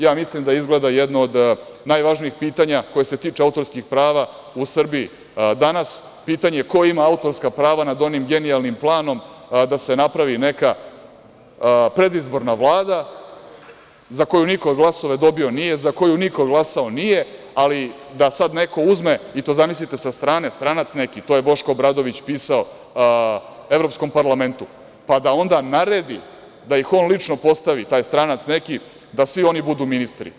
Ja mislim da je izgleda jedno od najvažnijih pitanja koje se tiče autorskih prava u Srbiji danas pitanje ko ima autorska prava nad onim genijalnim planom da se napravi neka predizborna vlada za koju niko glasove dobio nije, za koju niko glasao nije, ali da sad neko uzme, i to zamislite sa strane, stranac neki, to je Boško Obradović pisao Evropskom parlamentu, pa da onda naredi da ih on lično postavi, taj stranac neki, da svi oni budu ministri.